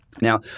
Now